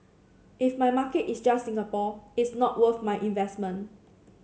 if my market is just Singapore it's not worth my investment